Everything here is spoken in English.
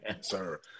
Sir